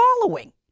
following